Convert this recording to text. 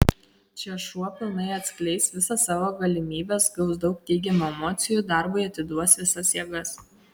čia šuo pilnai atskleis visa savo galimybes gaus daug teigiamų emocijų darbui atiduos visas jėgas